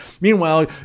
Meanwhile